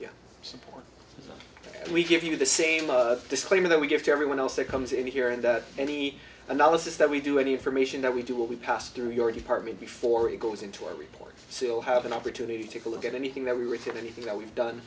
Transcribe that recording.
your support we give you the same disclaimer that we give to everyone else that comes in here and that any analysis that we do any information that we do what we pass through your department before it goes into our reports still have an opportunity to look at anything that we receive anything that we've done